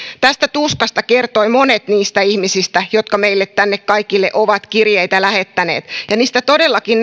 tästä tuskasta kertoivat monet niistä ihmisistä jotka tänne meille kaikille ovat kirjeitä lähettäneet niistä todellakin